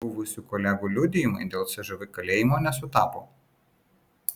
buvusių kolegų liudijimai dėl cžv kalėjimo nesutapo